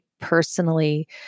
personally